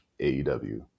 AEW